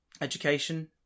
education